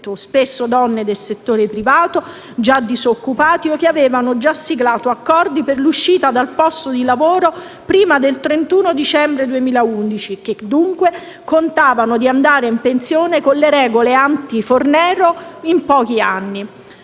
spesso donne del settore privato, già disoccupati o che avevano già siglato accordi per l'uscita dal posto di lavoro prima del 31 dicembre 2011 e che, dunque, contavano di andare in pensione con le regole *ante* Fornero entro pochi anni.